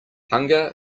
hunger